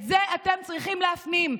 את זה אתם צריכים להפנים.